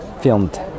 filmed